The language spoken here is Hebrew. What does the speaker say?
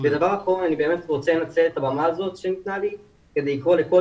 אני באמת רוצה לנצל את הבמה שניתנה לי ולקרוא לכל